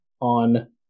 on